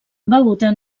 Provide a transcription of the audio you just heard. beuda